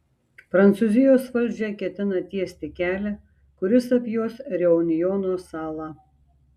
prancūzijos valdžia ketina tiesti kelią kuris apjuos reunjono salą